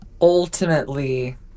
ultimately